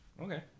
Okay